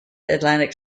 atlantic